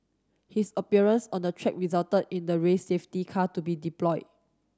his appearance on the track resulted in the race safety car to be deployed